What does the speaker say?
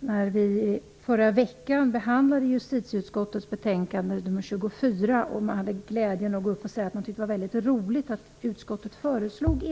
när vi i förra veckan behandlade justitieutskottets betänkande nr 24 hade jag glädjen att gå upp och säga att det var roligt att ett enigt utskott föreslog